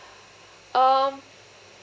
um